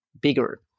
bigger